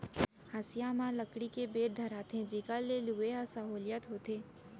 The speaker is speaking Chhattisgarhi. हँसिया म लकड़ी के बेंट धराथें जेकर ले लुए म सहोंलियत होथे